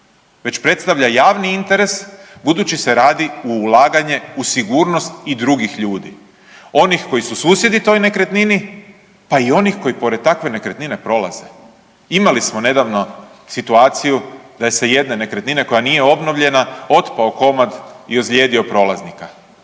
već predstavlja javni interes budući se radi u ulaganje u sigurnost i drugih ljudi, onih koji su susjedi toj nekretnini, pa i onih koji pored takve nekretnine prolaze. Imali smo nedavno situaciju da je sa jedne nekretnine koja nije obnovljena otpao komad i ozlijedio prolaznika.